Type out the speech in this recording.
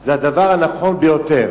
זה הדבר הנכון ביותר,